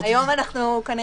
היום כנראה לא נסיים.